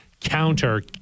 counter